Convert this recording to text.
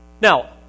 Now